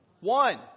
One